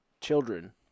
children